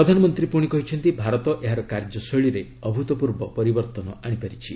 ପ୍ରଧାନମନ୍ତ୍ରୀ ପୁଣି କହିଛନ୍ତି ଭାରତ ଏହାର କାର୍ଯ୍ୟଶୈଳୀରେ ଅଭ୍ରତ୍ପର୍ବ ପରିବର୍ତ୍ତନ ଆଣିପାରିଛି